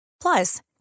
Plus